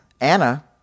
Anna